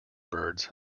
birds